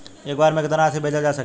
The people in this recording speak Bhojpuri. एक बार में केतना राशि भेजल जा सकेला?